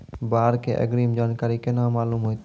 बाढ़ के अग्रिम जानकारी केना मालूम होइतै?